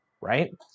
Right